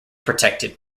protected